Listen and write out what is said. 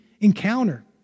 encounter